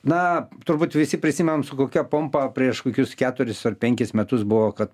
na turbūt visi prisimenam su kokia pompa prieš kokius keturis ar penkis metus buvo kad